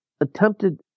attempted